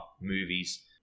movies